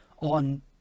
on